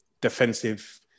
defensive